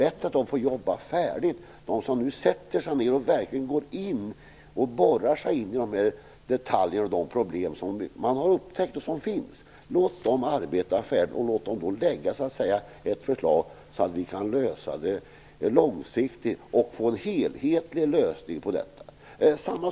Är det inte bättre att de som nu sätter sig ned och verkligen skall borra sig in i dessa detaljer och problem som man har konstaterat får jobba färdigt? Låt dem lägga fram ett förslag till en långsiktig och enhetlig lösning på detta.